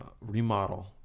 remodel